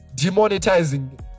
demonetizing